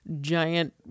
giant